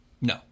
No